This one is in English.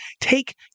take